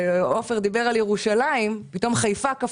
כשעופר דיבר על ירושלים פתאום חיפה קפצו,